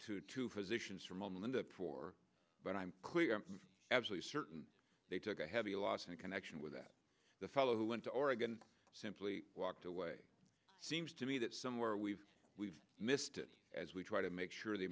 to two physicians for momentum for but i'm absolutely certain they took a heavy loss in connection with that the fellow who went to oregon simply walked away seems to me that somewhere we've we've missed it as we try to make sure the